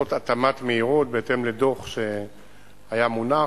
לעשות התאמת מהירות בהתאם לדוח שהיה מונח,